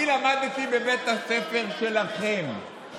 אני למדתי בבית הספר שלכם,